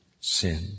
sin